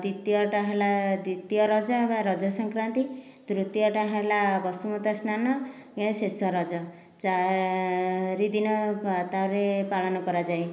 ଦ୍ୱିତୀୟଟା ହେଲା ଦ୍ୱିତୀୟ ରଜ ବା ରଜ ସଂକ୍ରାନ୍ତି ତୃତୀୟଟା ହେଲା ବସୁମତୀ ସ୍ନାନ ଶେଷ ରଜ ଚାରିଦିନ ତାପରେ ପାଳନ କରାଯାଏ